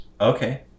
Okay